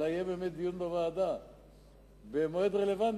אלא באמת יהיה דיון בוועדה במועד רלוונטי.